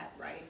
right